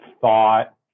thought